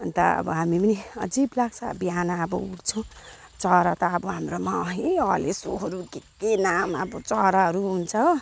अन्त अब हामी पनि अजिब लाग्छ बिहान अबउठ्छु चरा त अब हाम्रोमा है हलेसोहरू के के नाम अब चराहरू हुन्छ हो